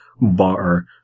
bar